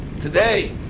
today